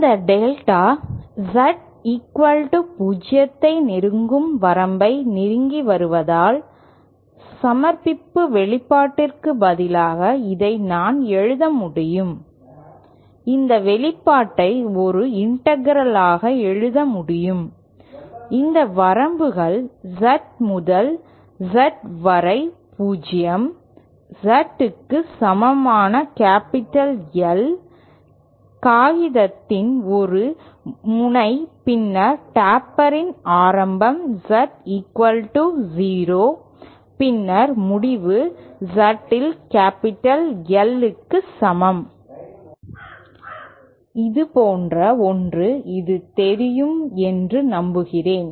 இந்த delta Z0 ஐ நெருங்கும் வரம்பை நெருங்கி வருவதால் சமர்ப்பிப்பு வெளிப்பாட்டிற்கு பதிலாக இதை நான் எழுத முடியும் இந்த வெளிப்பாட்டை ஒரு இண்டெகரல் எழுத முடியும் இதன் வரம்புகள் Z முதல் Z வரை 0 Z க்கு சமமான கேப்பிட்டல் L கேப்பிட்டல் L காகிதத்தின் ஒரு முனை பின்னர் டேப்பரின் ஆரம்பம் Z0 பின்னர் முடிவு Z இல் கேப்பிட்டல் L க்கு சமம் இதுபோன்ற ஒன்று இது தெரியும் என்று நம்புகிறேன்